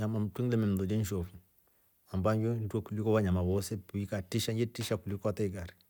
Mnyama mtwe ngime mlolye ni nshofu amabyo ni mtwre kuliko vanyama voose piu ikatisha yetisha kuliko hata ikari.